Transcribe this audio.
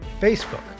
Facebook